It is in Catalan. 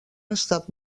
estat